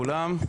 בוקר טוב לכולם,